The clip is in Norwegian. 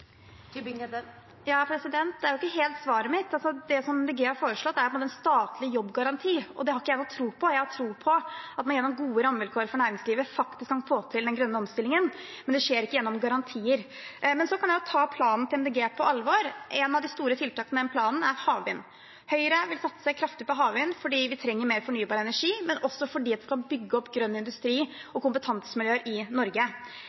Det er ikke helt svar på spørsmålet mitt. Det Miljøpartiet De Grønne har foreslått, er en statlig jobbgaranti, og det har ikke jeg noen tro på. Jeg har tro på at man gjennom gode rammevilkår for næringslivet faktisk kan få til den grønne omstillingen, men det skjer ikke gjennom garantier. Så kan jeg ta planen til Miljøpartiet De Grønne på alvor. Et av de store tiltakene i den planen er havvind. Høyre vil satse kraftig på havvind fordi vi trenger mer fornybar energi, men også fordi vi kan bygge opp grønn industri og kompetansemiljøer i Norge.